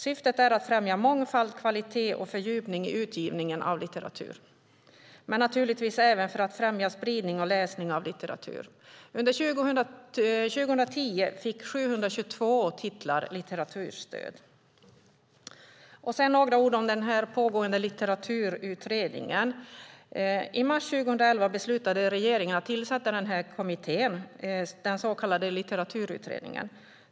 Syftet är att främja mångfald, kvalitet och fördjupning i utgivningen av litteratur, men naturligtvis även att främja spridning och läsning av litteratur. Under 2010 fick 722 titlar litteraturstöd. Låt mig säga några ord om den pågående Litteraturutredningen. I mars 2011 beslutade regeringen att tillsätta en kommitté, den så kallade Litteraturutredningen.